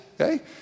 okay